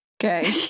Okay